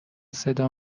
صدا